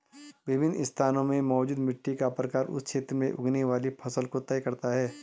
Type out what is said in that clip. विभिन्न स्थानों में मौजूद मिट्टी का प्रकार उस क्षेत्र में उगने वाली फसलों को तय करता है